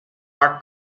are